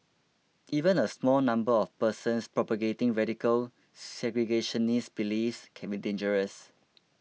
even a small number of persons propagating radical segregationist beliefs can be dangerous